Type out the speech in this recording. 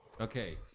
Okay